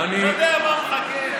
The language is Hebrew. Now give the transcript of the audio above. יודע מה מחכה.